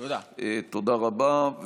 תודה רבה.